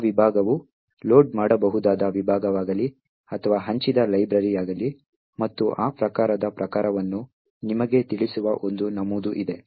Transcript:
ಆ ವಿಭಾಗವು ಲೋಡ್ ಮಾಡಬಹುದಾದ ವಿಭಾಗವಾಗಲಿ ಅಥವಾ ಹಂಚಿದ ಲೈಬ್ರರಿಯಾಗಲಿ ಮತ್ತು ಆ ಪ್ರಕಾರದ ಪ್ರಕಾರವನ್ನು ನಿಮಗೆ ತಿಳಿಸುವ ಒಂದು ನಮೂದು ಇದೆ